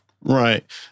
Right